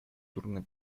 трудный